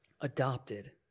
Adopted